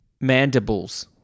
Mandibles